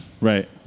Right